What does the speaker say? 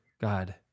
God